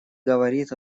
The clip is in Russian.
говорит